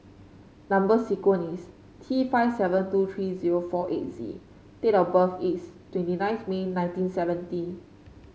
number sequence is T five seven two three zero four eight Z and date of birth is twenty nine May nineteen seventy